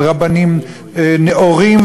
על רבנים נאורים,